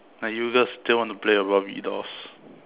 now you girls still wanna play your barbie dolls